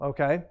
Okay